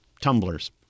tumblers